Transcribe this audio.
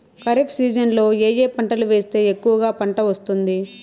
ఖరీఫ్ సీజన్లలో ఏ ఏ పంటలు వేస్తే ఎక్కువగా పంట వస్తుంది?